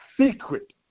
secret